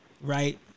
Right